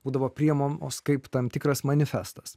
būdavo priimamos kaip tam tikras manifestas